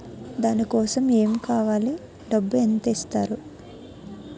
దాని కోసం ఎమ్ కావాలి డబ్బు ఎంత ఇస్తారు?